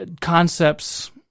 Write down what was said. concepts